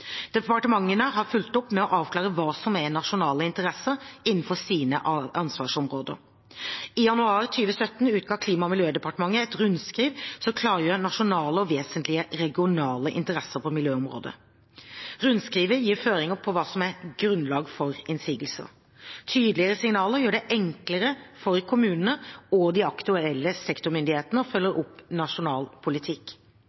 Departementene har fulgt opp med å avklare hva som er nasjonale interesser, innenfor sine ansvarsområder. I januar 2017 utga Klima- og miljødepartementet et rundskriv som klargjør nasjonale og vesentlige regionale interesser på miljøområdet. Rundskrivet gir føringer for hva som er grunnlag for innsigelse. Tydeligere signaler gjør det enklere for kommunene og de aktuelle sektormyndighetene å